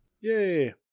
Yay